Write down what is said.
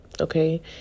okay